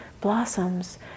blossoms